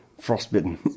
frostbitten